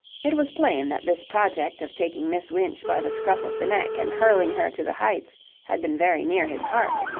it was plain that this project of taking miss winch by the scruff of the neck and hurling her to the heights had been very near his heart.